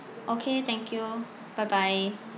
okay thank you bye bye